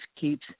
keeps